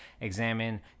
examine